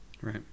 Right